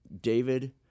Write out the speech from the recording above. david